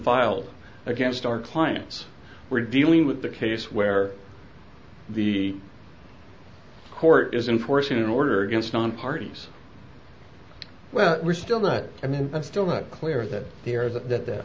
filed against our clients we're dealing with the case where the court is unfortunate order against on parties well we're still that and i'm still not clear that they are that